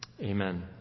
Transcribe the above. Amen